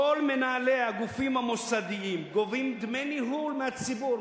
כל מנהלי הגופים המוסדיים גובים דמי ניהול מהציבור,